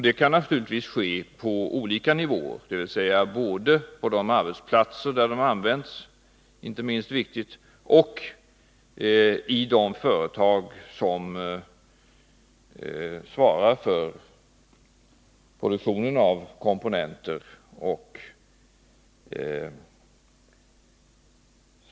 Det kan naturligtvis ske på olika nivåer, dvs. både på de arbetsplatser där de används — detta är inte minst viktigt — och i de företag som svarar för produktionen av komponenterna.